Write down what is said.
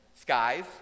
Skies